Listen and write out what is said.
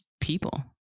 people